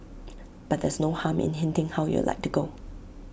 but there's no harm in hinting how you'd like to go